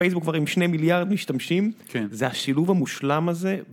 פייסבוק כבר עם שני מיליארד משתמשים, זה השילוב המושלם הזה.